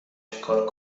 چکار